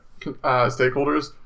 stakeholders